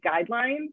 guidelines